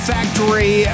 Factory